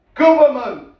government